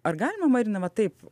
ar galima marina va taip